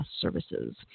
services